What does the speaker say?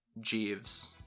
Jeeves